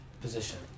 position